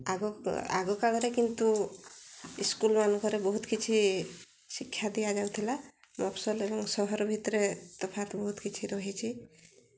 ଆଗ ଆଗକାଳରେ କିନ୍ତୁ ସ୍କୁଲ୍ମାନଙ୍କରେ ବହୁତ କିଛି ଶିକ୍ଷା ଦିଆଯାଉଥିଲା ମଫସଲ ଏବଂ ସହର ଭିତରେ ତଫାତ୍ ବହୁତ କିଛି ରହିଛି